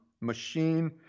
machine